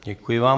Děkuji vám.